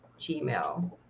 gmail